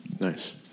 Nice